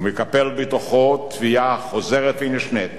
הוא מקפל בתוכו תביעה חוזרת ונשנית